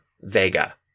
Vega